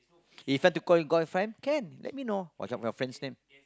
if like to call girlfriend can let me know what what's your friend's name